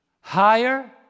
Higher